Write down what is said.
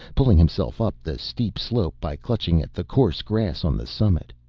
pulling himself up the steep slope by clutching at the coarse grass on the summit.